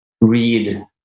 read